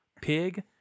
Pig